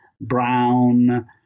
brown